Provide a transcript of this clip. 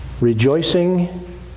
Rejoicing